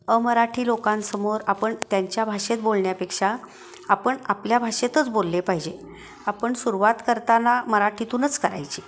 अमराठी लोकांसमोर आपण त्यांच्या भाषेत बोलण्यापेक्षा आपण आपल्या भाषेतच बोलले पाहिजे आपण सुरवात करताना मराठीतूनच करायची